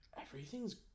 everything's